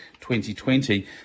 2020